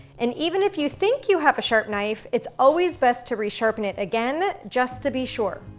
and even if you think you have a sharp knife, it's always best to resharpen it again just to be sure.